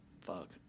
fuck